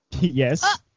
Yes